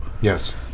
Yes